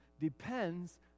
depends